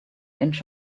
inch